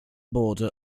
border